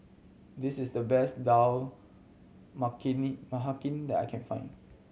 this is the best Dal Makhani that I can find